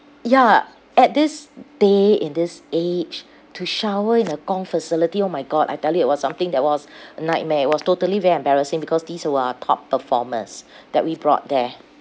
ya at this day in this age to shower in a gong facility oh my god I tell you it was something that was a nightmare it was totally very embarrassing because these who are top performers that we brought there